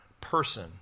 person